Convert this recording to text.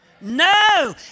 No